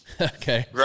okay